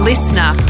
Listener